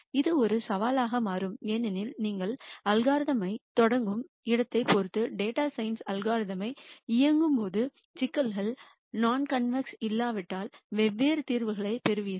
இது ஒரு சவாலாக மாறும் ஏனெனில் நீங்கள் அல்காரிதமை தொடங்கும் இடத்தைப் பொறுத்து டேட்டா சயின்ஸ் அல்காரிதமை இயக்கும்போது சிக்கல்கள் நான் கான்வேஸ் இல்லாவிட்டால் வெவ்வேறு தீர்வுகளைப் பெறுவீர்கள்